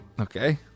Okay